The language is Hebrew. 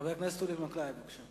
חבר הכנסת אורי מקלב, בבקשה.